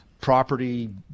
property